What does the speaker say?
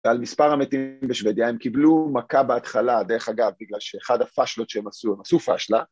על מספר המתים בשבדיה, הם קיבלו מכה בהתחלה דרך אגב בגלל שאחד הפאשלות שהם עשו, הם עשו פאשלה